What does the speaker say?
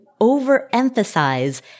overemphasize